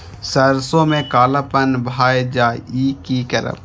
सरसों में कालापन भाय जाय इ कि करब?